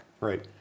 Right